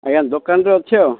ଆଜ୍ଞା ଦୋକାନଠି ଅଛି ଆଉ